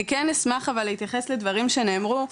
אני כן אשמח להתייחס לדברים שנאמרו,